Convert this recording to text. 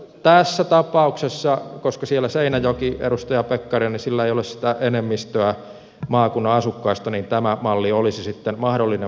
tässä tapauksessa koska siellä seinäjoella edustaja pekkarinen ei ole sitä enemmistöä maakunnan asukkaista tämä malli olisi sitten mahdollinen